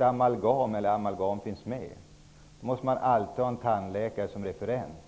amalgam, måste man alltid ha en tandläkare som referens.